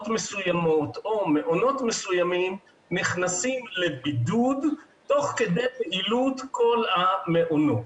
מסוימות או מעונות מסוימים נכנסים לבידוד תוך כדי פעילות כל המעונות.